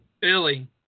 Billy